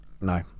No